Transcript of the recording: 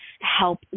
help